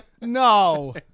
no